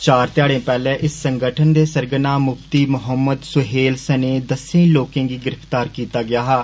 चार ध्याड़े पैहले इस संगठन दे सरगर्म मुफ्ती मोहम्मद सुहेल समे दस्से लोके गी गिरफ्तार कीता गेआ हा